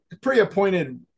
pre-appointed